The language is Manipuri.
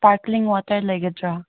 ꯁ꯭ꯄꯔꯥꯛꯀ꯭ꯂꯤꯡ ꯋꯥꯇꯔ ꯂꯩꯒꯗ꯭ꯔꯥ